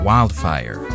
Wildfire